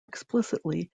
explicitly